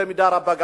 במידה רבה,